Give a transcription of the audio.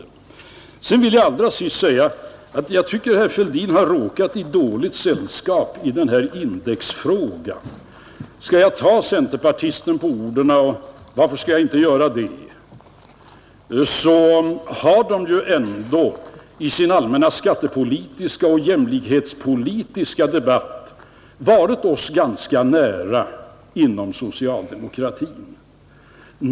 Jag tycker att herr Fälldin har råkat i dåligt sällskap i indexfrågan. Skall jag ta centerpartisterna på orden — och varför skulle jag inte göra det? — har de i sin allmänna skattepolitiska och jämlikhetspolitiska debatt stått oss inom socialdemokratin ganska nära.